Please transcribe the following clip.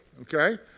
Okay